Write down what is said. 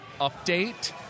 update